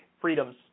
freedoms